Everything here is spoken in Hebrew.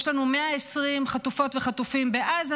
יש לנו 120 חטופות וחטופים בעזה,